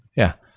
yeah.